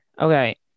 Okay